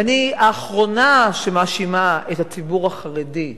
ואני האחרונה שמאשימה את הציבור החרדי,